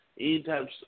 anytime